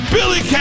Billy